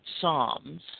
psalms